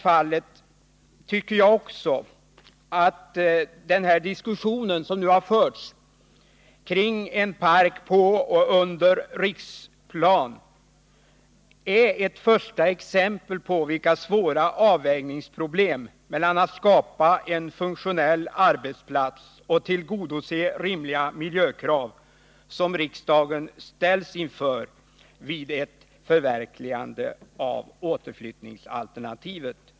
Jag tycker också att den diskussion som nu förts om en park på och under Riksplan är ett första exempel på vilka svåra avvägningsproblem som riksdagen ställs inför vid ett förverkligande av återflyttningsalternativet då det gäller att skapa en funktionell arbetsplats och samtidigt tillgodose rimliga miljökrav.